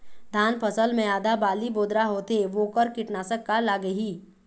धान फसल मे आधा बाली बोदरा होथे वोकर कीटनाशक का लागिही?